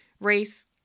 race